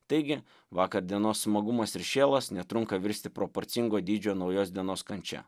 taigi vakar dienos smagumas ir šėlas netrunka virsti proporcingo dydžio naujos dienos kančia